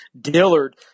Dillard